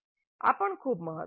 આ પણ ખૂબ મહત્વનું છે